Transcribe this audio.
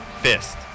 fist